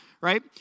right